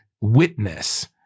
witness